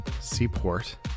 Seaport